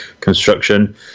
construction